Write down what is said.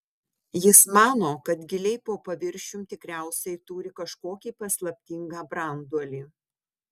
jis mano kad giliai po paviršium tikriausiai turi kažkokį paslaptingą branduolį